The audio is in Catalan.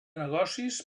negocis